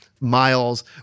miles